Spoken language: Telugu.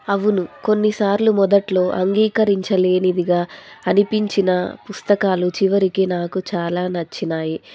అవును కొన్నిసార్లు మొదట్లో అంగీకరించలేనిదిగా అనిపించిన పుస్తకాలు చివరికి నాకు చాలా నచ్చాయి